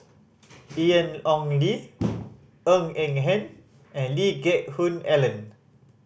Ian Ong Li Ng Eng Hen and Lee Geck Hoon Ellen